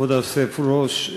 כבוד היושב-ראש,